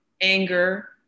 anger